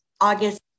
August